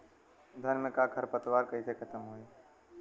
धान में क खर पतवार कईसे खत्म होई?